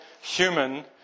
human